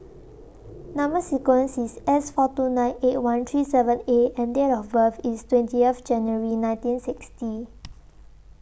Number sequence IS S four two nine eight one three seven A and Date of birth IS twenty F January nineteen sixty